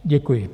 Děkuji.